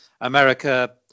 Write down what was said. America